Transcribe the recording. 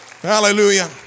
Hallelujah